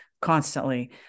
constantly